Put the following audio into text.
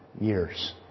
years